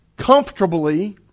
comfortably